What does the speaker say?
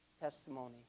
testimony